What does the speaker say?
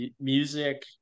music